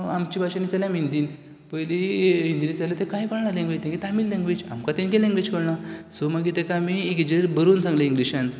आमचे भाशेन विचारलें आमी हिंदीन पयलीं हिंदीन विचारलें तेका कांय कळना जालें तेंगे तामील लेंगवेज आमकां तेंगे लेंगवेज कळना सो मागीर तेका आमी एक हेजेर बरोवन सांगलें इंग्लिशान